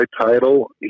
title